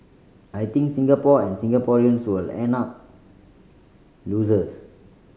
I think Singapore and Singaporeans will end up losers